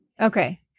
Okay